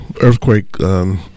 earthquake